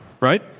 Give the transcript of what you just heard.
right